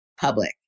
public